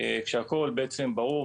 כשהכול בעצם ברור,